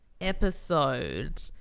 episode